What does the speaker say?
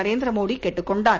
நரேந்திர மோடி கேட்டுக் கொண்டார்